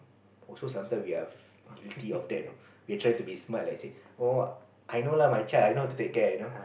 also sometime we are guilty of that you know we're try to be smart like say !aw! I know lah my child I know how to take care you know